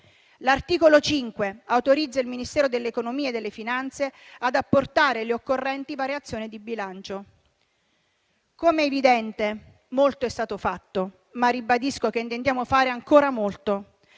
L'articolo 5 autorizza il Ministero dell'economia e delle finanze ad apportare le occorrenti variazioni di bilancio. Come è evidente, molto è stato fatto, ma ribadisco che intendiamo fare ancora molto.